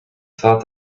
thought